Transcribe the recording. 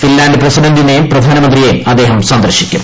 Finland പ്രസിഡന്റിനെയും പ്രധാനമന്ത്രിയെയും അദ്ദേഹ്ം സ്ന്ദർശിക്കും